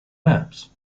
maps